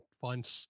find